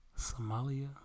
Somalia